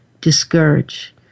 discourage